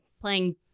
playing